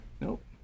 nope